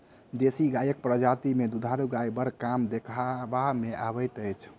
देशी गायक प्रजाति मे दूधारू गाय बड़ कम देखबा मे अबैत अछि